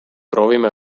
proovime